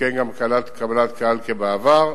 תתקיים גם קבלת קהל כבעבר.